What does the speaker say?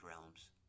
realms